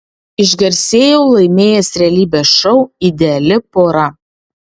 išgarsėjau laimėjęs realybės šou ideali pora